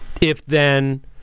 if-then